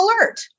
alert